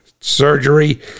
surgery